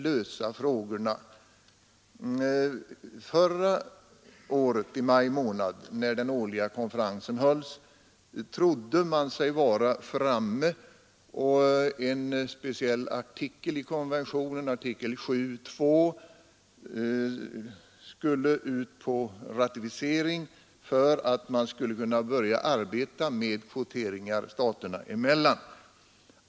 I maj månad förra året, när den årliga konferensen hölls, trodde man sig vara framme vid en lösning, och artikel 7:2 i konventionen skulle då ut på ratificering för att man skulle kunna börja arbeta med kvoteringar staterna emellan.